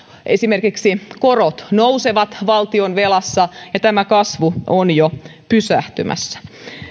esimerkiksi korot nousevat valtionvelassa ja tämä kasvu on jo pysähtymässä